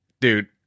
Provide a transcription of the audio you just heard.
dude